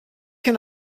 can